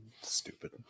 Stupid